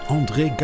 André